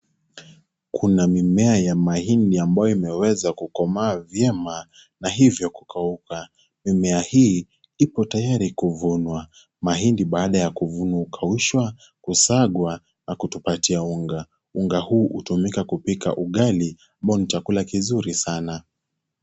Kuna mimea ya mahidi ambayo imeweza kukomaa vyema na hivyo kukauka. Mimea hii, ipo tayari kuvunwa. Mahindi baada ya kuvunwa hukaushwa, kusagwa na kutupatia unga. Unga huu, hutumika kupika ugali ambao ni chakula kizuri sana.